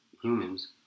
humans